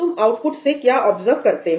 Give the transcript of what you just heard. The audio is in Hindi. तुम आउटपुट से क्या ऑब्जर्व करते हो